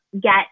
get